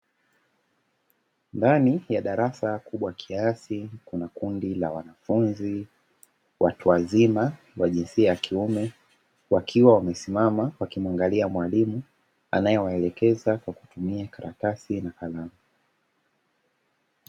Ndani ya darasa kubwa kiasi, kuna kundi la wanafunzi watu wazima wa jinsia ya kiume wakiwa wamesimama wakimwangilia mwalimu anayowaelekeza kwa kutumia karatasi na kalamu.